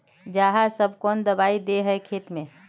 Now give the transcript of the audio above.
आहाँ सब कौन दबाइ दे है खेत में?